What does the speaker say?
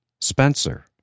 Spencer